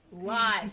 live